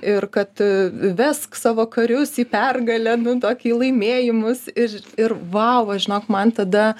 ir kad vesk savo karius į pergalę nu tokį laimėjimus ir ir vau va žinok man tada